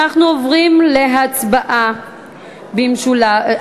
אנחנו עוברים להצבעה במשולב.